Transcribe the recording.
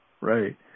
Right